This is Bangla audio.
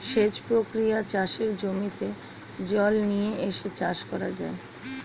সেচ প্রক্রিয়ায় চাষের জমিতে জল নিয়ে এসে চাষ করা যায়